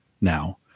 now